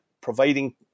providing